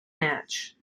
match